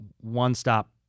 one-stop